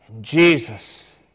Jesus